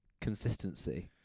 consistency